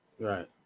right